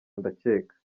ndakeka